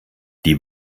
die